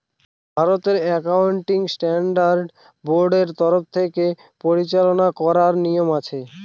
ভারতের accounting standard বোর্ডের তরফ থেকে পরিচালনা করার নিয়ম আছে